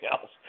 else